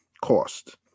cost